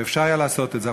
ואפשר היה לעשות את זה.